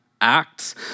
Acts